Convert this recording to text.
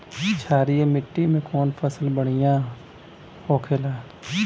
क्षारीय मिट्टी में कौन फसल बढ़ियां हो खेला?